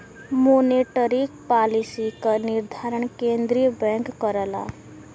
monetary policy क निर्धारण केंद्रीय बैंक करला